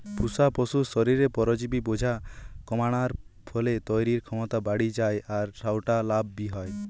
পুশা পশুর শরীরে পরজীবি বোঝা কমানার ফলে তইরির ক্ষমতা বাড়ি যায় আর সউটা লাভ বি হয়